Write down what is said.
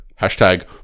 Hashtag